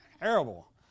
terrible